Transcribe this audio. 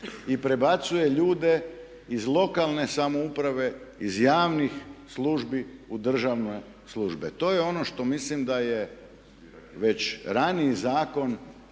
i prebacuje ljude iz lokalne samouprave, iz javnih službi u državne službe. To je ono što mislim da je već raniji zakon